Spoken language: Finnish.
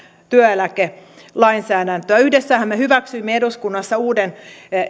työeläkelainsäädäntöä yhdessähän me hyväksyimme eduskunnassa uuden